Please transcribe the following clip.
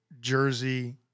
jersey